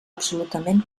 absolutament